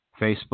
Facebook